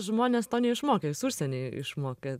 žmonės to neišmokė jus užsieny išmokė